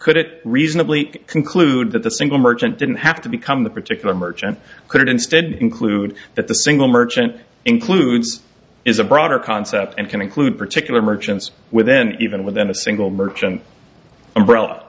could it reasonably conclude that the single merchant didn't have to become the particular merchant could instead conclude that the single merchant includes is a broader concept and can include particular merchants within even within a single merchant umbrella